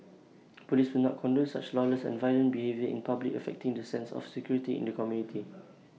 Police will not condone such lawless and violent behaviour in public affecting the sense of security of the community